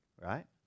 right